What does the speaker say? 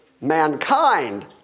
mankind